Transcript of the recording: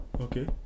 Okay